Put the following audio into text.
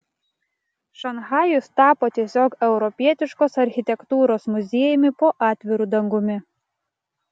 šanchajus tapo tiesiog europietiškos architektūros muziejumi po atviru dangumi